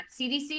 CDC